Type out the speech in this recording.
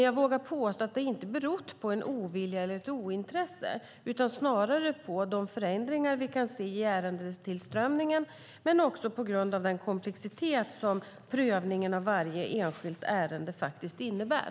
Jag vågar dock påstå att det inte har berott på ovilja eller ointresse utan snarare på de förändringar vi kan se i ärendetillströmningen, men också på grund av den komplexitet som prövningen av varje enskilt ärende faktiskt innebär.